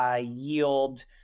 yield